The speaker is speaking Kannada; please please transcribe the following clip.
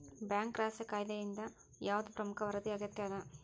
ಬ್ಯಾಂಕ್ ರಹಸ್ಯ ಕಾಯಿದೆಯಿಂದ ಯಾವ್ದ್ ಪ್ರಮುಖ ವರದಿ ಅಗತ್ಯ ಅದ?